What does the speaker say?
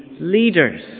leaders